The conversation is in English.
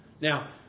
Now